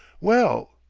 well,